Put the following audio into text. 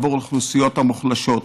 עבור האוכלוסיות המוחלשות,